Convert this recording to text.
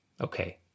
Okay